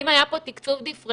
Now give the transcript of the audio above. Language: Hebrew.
האם היה פה תקצוב דיפרנציאלי,